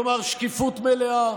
כלומר שקיפות מלאה,